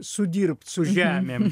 sudirbt su žemėm